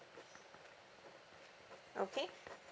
okay